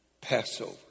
Passover